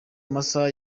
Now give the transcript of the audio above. amasaha